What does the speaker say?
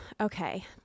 Okay